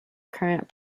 current